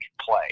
play